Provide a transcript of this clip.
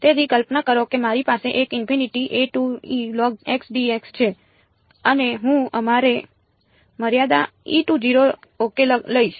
તેથી કલ્પના કરો કે મારી પાસે એક છે અને હું આખરે મર્યાદા ઓકે લઈશ